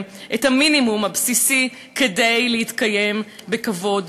את המינימום הבסיסי כדי להתקיים בכבוד,